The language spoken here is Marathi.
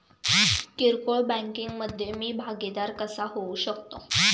किरकोळ बँकिंग मधे मी भागीदार कसा होऊ शकतो?